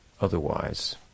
otherwise